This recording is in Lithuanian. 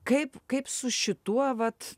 kaip kaip su šituo vat